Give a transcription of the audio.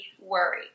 worry